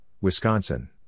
Wisconsin